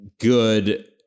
good